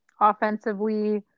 Offensively